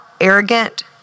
arrogant